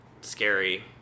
Scary